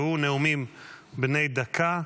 והוא נאומים בני דקה.